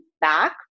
back